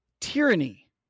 Tyranny